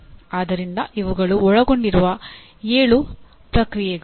ಆದ್ದರಿಂದ ಇವುಗಳು ಒಳಗೊಂಡಿರುವ ಏಳು ಉಪ ಪ್ರಕ್ರಿಯೆಗಳು